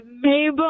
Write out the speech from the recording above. Mabel